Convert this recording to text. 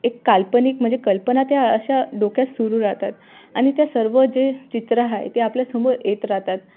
एक काल्पनिक म्हणजे कल्पना त्या अशा डोक्यात सुरू राहतात आणि त्या सर्व जे चित्र आहे ते आपल्यासमोर येत राहतात